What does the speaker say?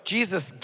Jesus